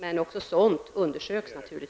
Men naturligtvis undersöks också sådant.